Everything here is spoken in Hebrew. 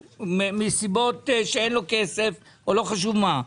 כי אין לו כסף או לא חשוב מה.